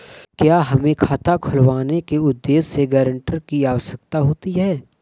क्या हमें खाता खुलवाने के उद्देश्य से गैरेंटर की आवश्यकता होती है?